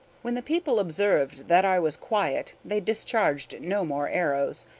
when the people observed that i was quiet they discharged no more arrows,